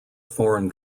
foreign